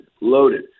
loaded